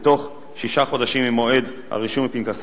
בתוך שישה חודשים ממועד הרישום בפנקסי